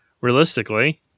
realistically